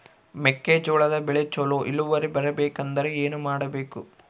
ಮೆಕ್ಕೆಜೋಳದ ಬೆಳೆ ಚೊಲೊ ಇಳುವರಿ ಬರಬೇಕಂದ್ರೆ ಏನು ಮಾಡಬೇಕು?